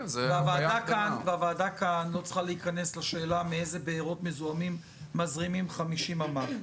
הוועדה כאן לא צריכה להיכנס לשאלה מאיזה בארות מזוהמים מזרימים 50 ממ"ק.